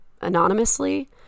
anonymously